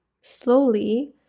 slowly